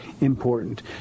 important